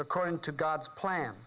according to god's plan